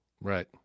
Right